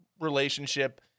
relationship